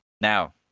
now